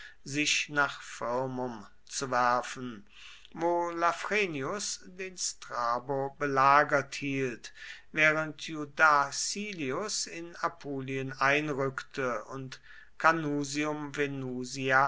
sich nach firmum zu werfen wo lafrenius den strabo belagert hielt während iudacilius in apulien einrückte und